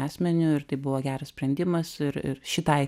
asmeniu ir tai buvo geras sprendimas ir ir šitai